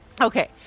Okay